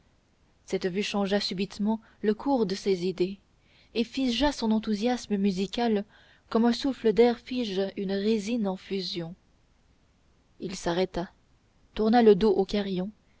cette vue changea subitement le cours de ses idées et figea son enthousiasme musical comme un souffle d'air fige une résine en fusion il s'arrêta tourna le dos au carillon